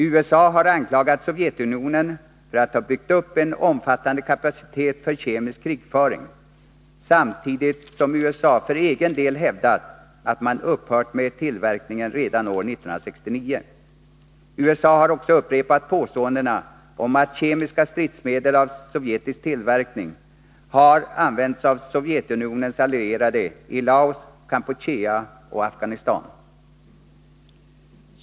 USA har anklagat Sovjetunionen för att ha byggt upp en omfattande kapacitet för kemisk krigföring, samtidigt som USA för egen del hävdat att man upphört med tillverkningen redan år 1969. USA har också upprepat påståendena om att kemiska stridsmedel av sovjetisk tillverkning har använts av Sovjetunionens allierade i Laos, Kampuchea och Afghanistan.